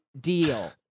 deal